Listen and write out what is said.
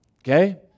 Okay